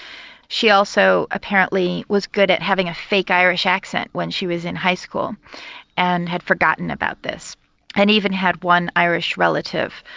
she also apparently was good at having a fake irish accent when she was in high school and had forgotten about this and even had one irish relative.